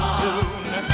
tune